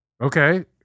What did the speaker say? Okay